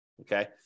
okay